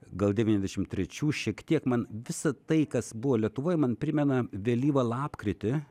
gal devyniasdešimt trečių šiek tiek man visa tai kas buvo lietuvoj man primena vėlyvą lapkritį